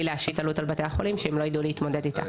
להשית עלות על בתי החולים שהם לא יידעו להתמודד איתה.